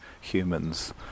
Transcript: humans